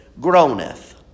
groaneth